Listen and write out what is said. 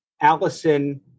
Allison